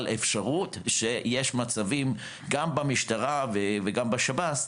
אפשרות שיש מצבים גם במשטרה וגם בשב"ס,